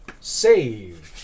save